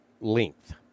length